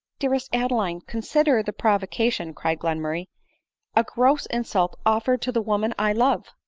dearest adeline, consider the provocation, cried glenmurray a, gross insult offered to the woman i love!